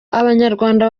abanyarwanda